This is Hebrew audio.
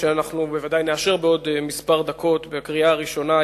שבוודאי נאשר בעוד כמה דקות בקריאה הראשונה,